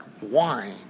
wine